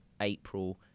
April